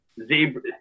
zebra